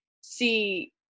see